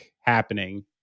happening